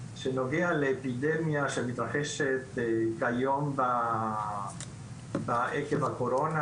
שנוגעת לאפידמיה שמתרחשת היום עקב הקורונה